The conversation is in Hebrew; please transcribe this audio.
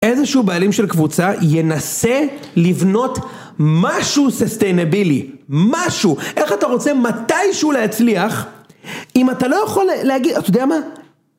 איזשהו בעלים של קבוצה ינסה לבנות משהו ססטיינבילי, משהו. איך אתה רוצה מתישהו להצליח, אם אתה לא יכול להגיד, אתה יודע מה?